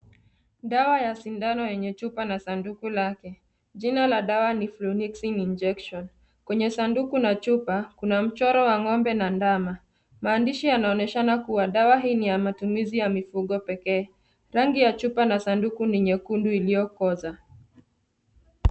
Dawa ya sindano yenye chupa na sanduku lake. Jina la dawa ni Flunixin Injection. Kwenye sanduku na chupa, kuna mchoro wa ng'ombe na ndama. Maandishi yanaonyeshana kuwa, dawa hii ni ya matumizi ya mifugo pekee. Rangi ya chupa na sanduku ni nyekundu iliyokoza.